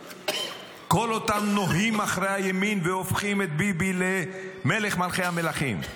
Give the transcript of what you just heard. כל אותם נוהים אחרי הימין והופכים את ביבי למלך מלכי המלכים.